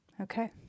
Okay